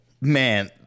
man